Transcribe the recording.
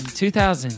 2000